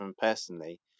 personally